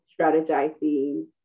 strategizing